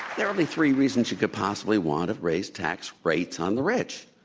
there would be three reasons you could possibly want to raise tax rates on the rich.